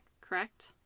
Correct